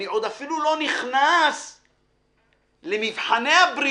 אני עוד אפילו לא נכנס למבחני הבריאות